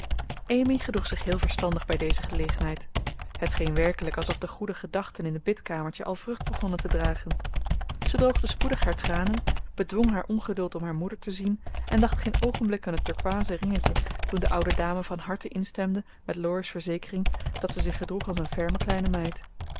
amy gedroeg zich heel verstandig bij deze gelegenheid het scheen werkelijk alsof de goede gedachten in het bidkamertje al vrucht begonnen te dragen zij droogde spoedig haar tranen bedwong haar ongeduld om haar moeder te zien en dacht geen oogenblik aan het turkooizen ringetje toen de oude dame van harte instemde met laurie's verzekering dat ze zich gedroeg als een ferme kleine meid